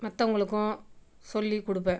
மற்றவங்களுக்கும் சொல்லிக் கொடுப்பேன்